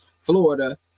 florida